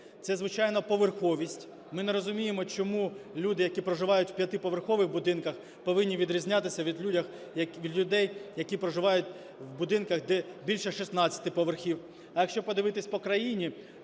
Це, звичайно, поверховість. Ми не розуміємо, чому люди, які проживають в 5-поверхових будинках повинні відрізнятися від людей, які проживають в будинках, де більше 16 поверхів. А якщо подивитися по країні,